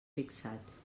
fixats